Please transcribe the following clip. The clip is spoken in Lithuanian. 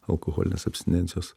alkoholinės abstinencijos